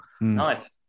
nice